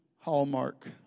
Hallmark